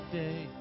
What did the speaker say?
day